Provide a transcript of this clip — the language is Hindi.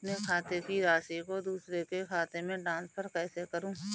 अपने खाते की राशि को दूसरे के खाते में ट्रांसफर कैसे करूँ?